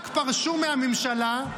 רק פרשו מהממשלה,